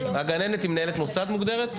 המנהלת מוגדרת כמנהלת מוסד?